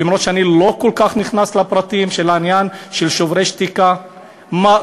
למרות שאני לא כל כך נכנס לפרטים של העניין של "שוברים שתיקה" מה?